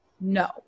No